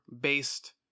based